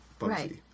Right